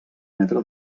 metre